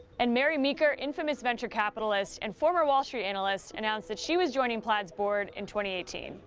and mary meeker, infamous venture capitalist and former wall street analyst, announced that she was joining plaid's board in twenty eighteen.